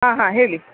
ಹಾಂ ಹಾಂ ಹೇಳಿ